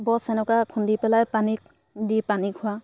বছ এনেকুৱা খুন্দি পেলাই পানীত দি পানী খোৱাও